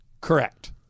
Correct